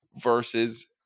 Versus